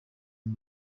uyu